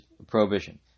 prohibition